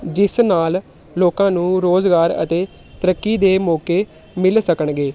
ਜਿਸ ਨਾਲ ਲੋਕਾਂ ਨੂੰ ਰੁਜ਼ਗਾਰ ਅਤੇ ਤਰੱਕੀ ਦੇ ਮੌਕੇ ਮਿਲ ਸਕਣਗੇ